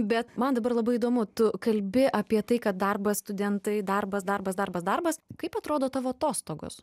bet man dabar labai įdomu tu kalbi apie tai kad darbas studentai darbas darbas darbas darbas kaip atrodo tavo atostogos